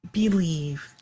believe